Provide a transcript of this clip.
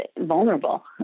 vulnerable